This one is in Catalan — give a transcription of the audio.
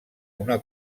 una